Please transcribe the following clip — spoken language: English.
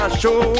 show